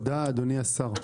תודה, אדוני השר.